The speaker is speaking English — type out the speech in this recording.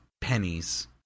pennies